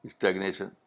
Stagnation